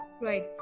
Right